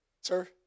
Sir